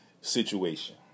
situation